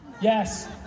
Yes